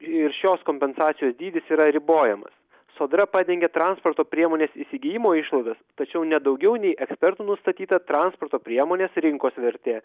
ir šios kompensacijos dydis yra ribojamas sodra padengia transporto priemonės įsigijimo išlaidas tačiau ne daugiau nei ekspertų nustatyta transporto priemonės rinkos vertė